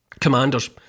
commanders